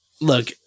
look